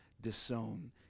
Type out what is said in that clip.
disown